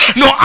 no